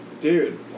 Dude